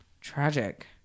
tragic